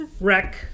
wreck